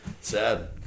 Sad